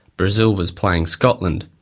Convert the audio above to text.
brazil was playing scotland.